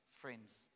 friends